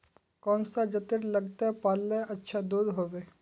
कौन सा जतेर लगते पाल्ले अच्छा दूध होवे?